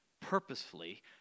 purposefully